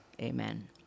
Amen